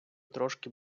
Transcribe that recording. трошки